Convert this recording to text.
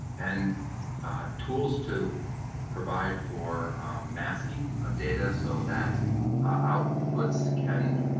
and tools to provide for masking of data so that outputs can